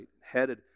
headed